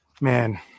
Man